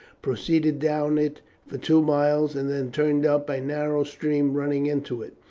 proceeded down it for two miles, and then turned up a narrow stream running into it.